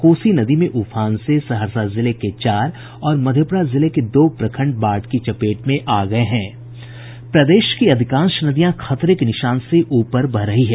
कोसी नदी में उफान से सहरसा जिले के चार और मधेपुरा जिले के दो प्रखंड बाढ़ की चपेट में आ गये हैं प्रदेश की अधिकांश नदियां खतरे के निशान से ऊपर बह रही हैं